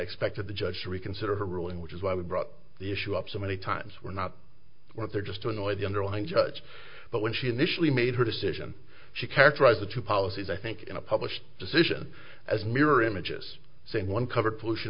expected the judge to reconsider her ruling which is why we brought the issue up so many times we're not we're there just to annoy the underlying judge but when she initially made her decision she characterized the two policies i think in a published decision as mirror images saying one covered pollution